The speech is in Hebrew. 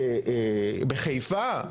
בחיפה?